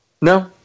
No